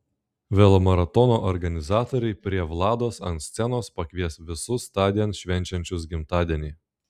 velomaratono organizatoriai prie vlados ant scenos pakvies visus tądien švenčiančius gimtadienį